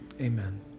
amen